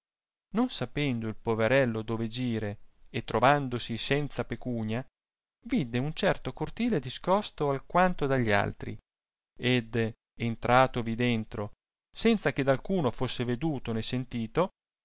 non sapendo il poverello dove gire e trovandosi senza pecunia vidde un certo cortile discosto alquanto dagli altri ed entratovi dentro senza che da alcuno fosse veduto né sentito